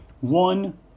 One